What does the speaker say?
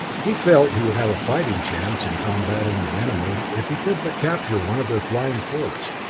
he felt he would have a fighting chance in combatting the enemy if he could but capture one of their flying forts.